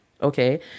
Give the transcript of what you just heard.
Okay